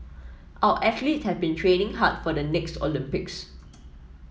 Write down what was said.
our athletes have been training hard for the next Olympics